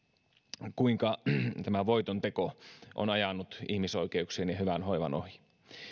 kuinka voiton teko on ajanut ihmisoikeuksien ja hyvän hoivan ohi